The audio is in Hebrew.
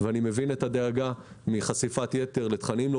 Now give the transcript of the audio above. ואני מבין את הדאגה מחשיפת יתר לתכנים לא